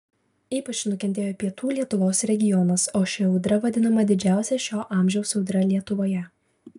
ypač nukentėjo pietų lietuvos regionas o ši audra vadinama didžiausia šio amžiaus audra lietuvoje